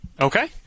Okay